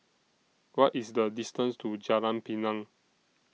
What IS The distance to Jalan Pinang